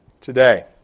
today